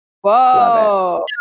Whoa